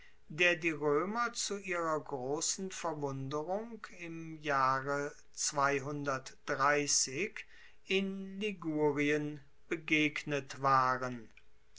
der die roemer zu ihrer grossen verwunderung im jahre in ligurien begegnet waren